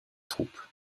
troupes